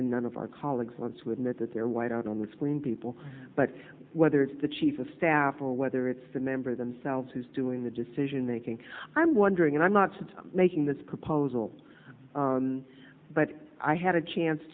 and none of our colleagues want to admit that they're white on the screen people but whether it's the chief of staff or whether it's the member themselves who's doing the decision making i'm wondering and i'm not since i'm making this proposal but i had a chance